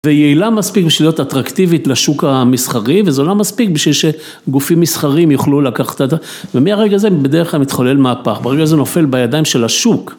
ויעילה מספיק בשביל להיות אטרקטיבית לשוק המסחרי, וזו לא מספיק בשביל שגופים מסחרים יוכלו לקחת את ה... ומהרגע זה בדרך כלל מתחולל מהפך, ברגע זה נופל בידיים של השוק.